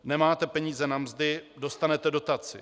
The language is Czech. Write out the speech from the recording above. Nemáte peníze na mzdy dostanete dotaci.